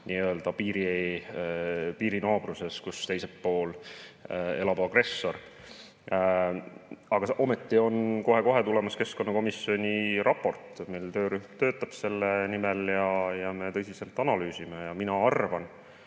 piiri naabruses, kus teisel pool elab agressor. Aga ometi on kohe-kohe tulemas keskkonnakomisjoni raport. Meil töörühm töötab selle nimel ja me tõsiselt analüüsime. Mina arvan